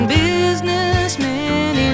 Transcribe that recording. businessmen